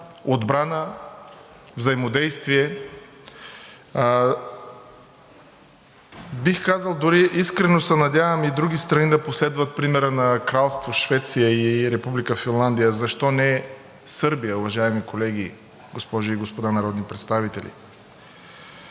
отбрана и взаимодействие. Бих казал дори, искрено се надявам и други страни да последват примера на Кралство Швеция и Република Финландия, защо не Сърбия, уважаеми колеги, госпожи и господа народни представители?